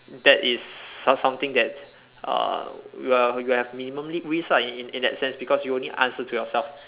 that is some something that uh will will have minimum li~ risk lah in in that sense because you only answer to yourself